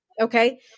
Okay